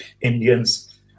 Indians